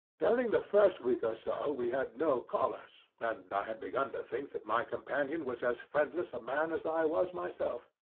during the first week or so we had no callers, and i had begun to think that my companion was as friendless a man as i was myself.